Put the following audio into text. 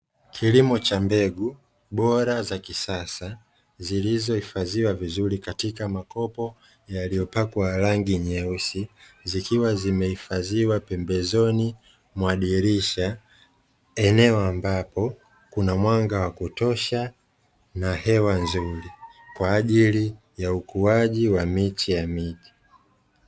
Kilimo cha mbegu bora za kisasa zilizohifadhiwa vizuri katika makopo yaliyopakwa rangi nyeusi, zikiwa zimehifadhiwa pembezoni mwa dirisha eneo ambapo kuna mwanga wa kutosha na hewa nzuri kwa ajili ya ukuaji wa miche ya miti.